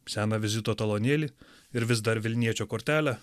seną vizito talonėlį ir vis dar vilniečio kortelę